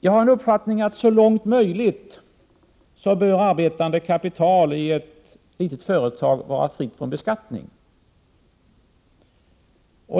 Jag har den uppfattningen att arbetande kapital i ett litet företag så långt som möjligt bör vara fritt från beskattning.